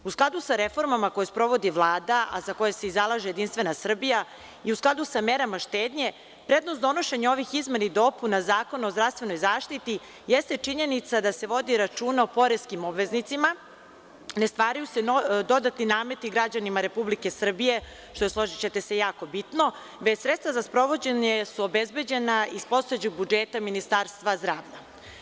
U skladu sa reformama koje sprovodi Vlada, a za koju se zalaže JS i u skladu sa merama štednje prednost donošenja ovih izmena i dopuna Zakona o zdravstvenoj zaštiti jeste činjenica da se vodi računa o poreskim obveznicima, ne stvaraju se dodatni nameti građanima Republike Srbije, što je složićete se jako bitno, već su sredstva za sprovođenje obezbeđena iz postojećeg budžeta Ministarstva zdravlja.